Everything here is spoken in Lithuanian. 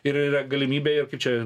ir yra galimybė ir kaip čia